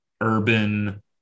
urban